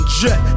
jet